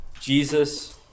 Jesus